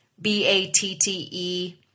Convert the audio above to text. B-A-T-T-E